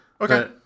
Okay